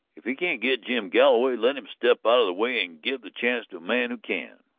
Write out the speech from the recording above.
if he can't get jim galloway, let him step out of the way and give the chance to a man who can,